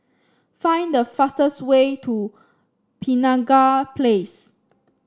find the fastest way to Penaga Place